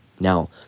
Now